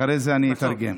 אחרי זה אני אתרגם.